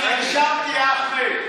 אני נרשמתי, אחמד.